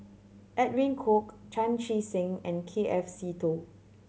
Edwin Koek Chan Chee Seng and K F Seetoh